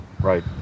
Right